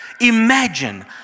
imagine